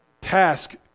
task